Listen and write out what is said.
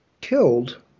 killed